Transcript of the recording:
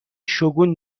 شگون